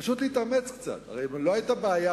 פשוט להתאמץ קצת, הרי לא היתה בעיה,